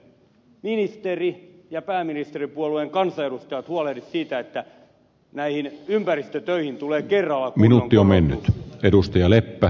mikseivät ministerin ja pääministerin puolueen kansanedustajat huolehdi siitä että näihin ympäristötöihin tulee kerralla kunnon korotus